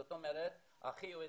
זאת אומרת אחי הוא אזרח,